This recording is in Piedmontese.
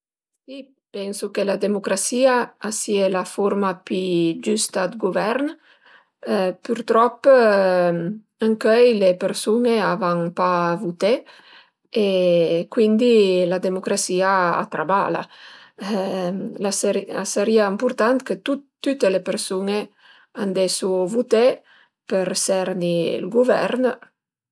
Si pensu che la demucrasìa a sie la furma pi giüsta dë guvern, pürtrop ëncöi le persun-e a van pa vuté e cuindi la demucrasìa a trabala. A sarìa ëmpurtant che tüte le persun-e andeisu vuté për serni ël guvern